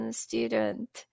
student